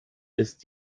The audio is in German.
ist